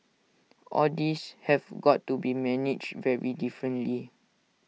all these have got to be managed very differently